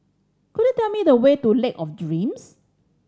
could you tell me the way to Lake of Dreams